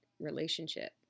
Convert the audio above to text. relationship